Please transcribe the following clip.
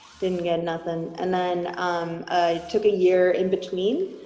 didn't get nothing and then took a year in between.